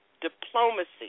Diplomacy